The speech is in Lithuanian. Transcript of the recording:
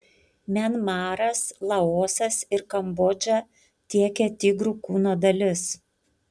mianmaras laosas ir kambodža tiekia tigrų kūno dalis